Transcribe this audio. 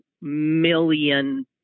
million